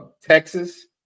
Texas